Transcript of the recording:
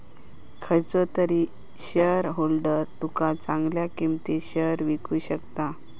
खयचो तरी शेयरहोल्डर तुका चांगल्या किंमतीत शेयर विकु शकता